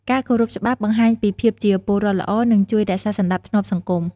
ការគោរពច្បាប់បង្ហាញពីភាពជាពលរដ្ឋល្អ និងជួយរក្សាសណ្តាប់ធ្នាប់សង្គម។